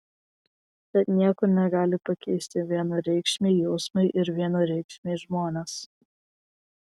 bet nieko negali pakeisti vienareikšmiai jausmai ir vienareikšmiai žmonės